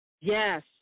Yes